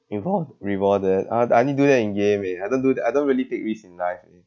involve rewarded uh I only do that in game eh I don't do that I don't really take risks in life eh